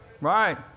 Right